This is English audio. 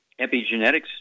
Epigenetics